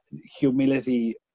humility